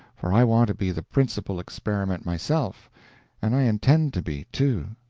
for i want to be the principal experiment myself and i intend to be, too.